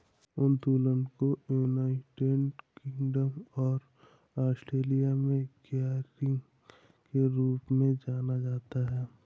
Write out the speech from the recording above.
उत्तोलन को United Kingdom और ऑस्ट्रेलिया में गियरिंग के रूप में जाना जाता है